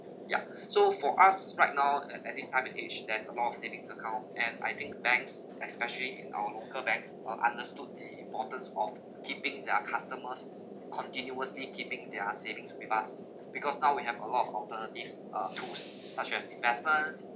yeah so for us right now at at this time and age there's a lot of savings account and I think banks especially in our local banks are understood the importance of keeping their customers continuously keeping their savings with us because now we have a lot of alternative uh tools such as investments